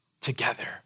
together